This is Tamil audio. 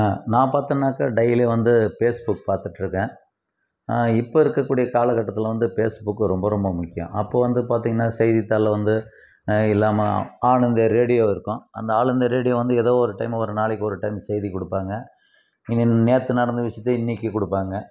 நான் பார்த்தனாக்க டெய்லி வந்து ஃபேஸ்புக் பார்த்திட்டுருக்கேன் இப்போ இருக்கக்கூடிய காலகட்டத்தில் வந்து ஃபேஸ்புக்கு ரொம்ப ரொம்ப முக்கியம் அப்போ வந்து பார்த்திங்கனா செய்தித்தாள் வந்து இல்லாமல் ஆல் இந்திய ரேடியோ இருக்கும் அந்த ஆல் இந்திய ரேடியோ வந்து எதோ ஒரு டைம் வரும் நாளைக்கு ஒரு டைம் செய்தி கொடுப்பாங்க இனி நேற்று நடந்த விஷயத்த இன்றைக்கிக் கொடுப்பாங்க